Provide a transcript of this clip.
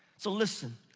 so listen,